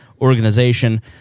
organization